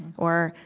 or,